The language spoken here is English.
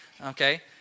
Okay